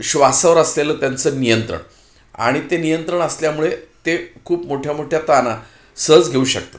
श्वासावर असलेलं त्यांचं नियंत्रण आणि ते नियंत्रण असल्यामुळे ते खूप मोठ्या मोठ्या ताना सहज घेऊ शकतात